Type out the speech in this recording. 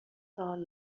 سوال